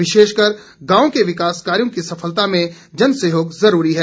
विशेषकर गांव के विकास कार्यों की सफलता में जनसहयोग जरूरी है